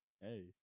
Hey